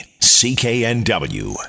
CKNW